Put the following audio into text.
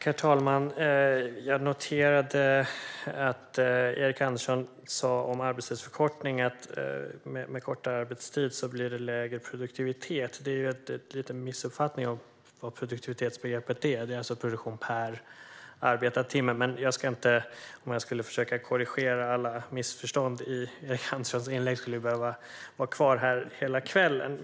Herr talman! Jag noterade att Erik Andersson sa att det blir lägre produktivitet med kortare arbetstid. Det är ju en liten missuppfattning av vad produktivitetsbegreppet innebär; det är alltså produktion per arbetad timme. Om jag skulle försöka korrigera alla missförstånd i Erik Anderssons inlägg skulle jag dock behöva vara kvar här hela kvällen.